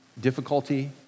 difficulty